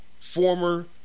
former